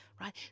right